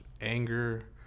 anger